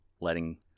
letting